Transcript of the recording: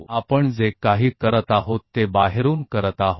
यह है कि हम जो भी कर रहे हैं वह बाहर ही कर रहे हैं